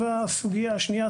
והשנייה,